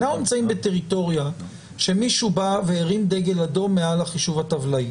אנחנו נמצאים בטריטוריה שמישהו בא והרים דגל אדום מעל החישוב הטבלאי,